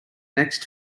next